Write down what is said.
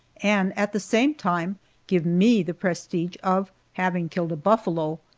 and at the same time give me the prestige of having killed a buffalo!